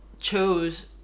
chose